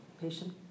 patient